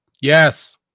Yes